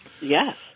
yes